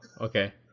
okay